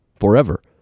forever